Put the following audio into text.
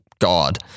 God